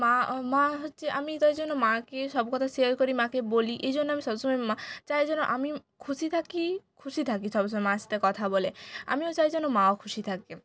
মা মা হচ্ছে আমি তাই জন্য মাকে সব কথা শেয়ার করি মাকে বলি এই জন্য আমি সবসময় মা চায় যেন আমি খুশি থাকি খুশি থাকি সবসময় মায়ের সাথে কথা বলে আমিও চাই যেন মাও খুশি থাকে